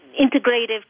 integrative